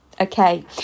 okay